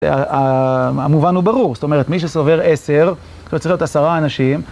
המובן הוא ברור, זאת אומרת, מי שסובר עשר, זה צריך להיות עשרה אנשים.